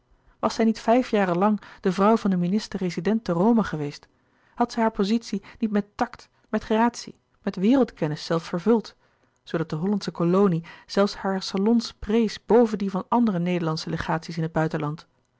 was zij niet vijf jaren lang de vrouw van den minister rezident te rome gelouis couperus de boeken der kleine zielen weest had zij hare pozitie niet met tact met gratie met wereldkennis zelfs vervuld zoodat de hollandsche kolonie zelfs hare salons prees boven die van andere nederlandsche legaties in het buitenland